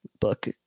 book